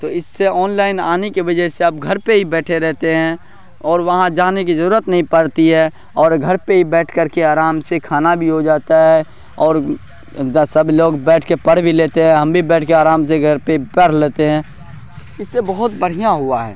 تو اس سے آن لائن آنے کے وجہ سے اب گھر پہ ہی بیٹھے رہتے ہیں اور وہاں جانے کی ضرورت نہیں پڑتی ہے اور گھر پہ ہی بیٹھ کر کے آرام سے کھانا بھی ہو جاتا ہے اوڑ سب لوگ بیٹھ کے پرھ بھی لیتے ہیں ہم بھی بیٹھ کے آرام سے گھر پہ پرھ لیتے ہیں اس سے بہت برھیاں ہوا ہے